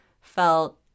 felt